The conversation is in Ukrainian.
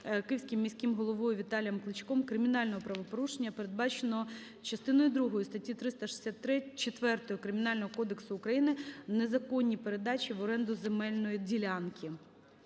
Київським міським головою Віталієм Кличком кримінального правопорушення, передбаченого частиною другою статті 364 Кримінального кодексу України (незаконні передачі в оренду земельної ділянки).